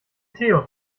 theo